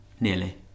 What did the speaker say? nearly